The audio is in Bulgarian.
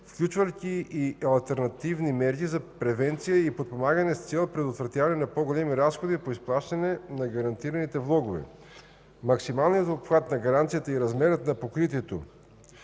включвайки и алтернативни мерки за превенция и подпомагане с цел предотвратяване на по-големи разходи по изплащане на гарантираните влогове. Максималният обхват на гаранцията и размерът на покритието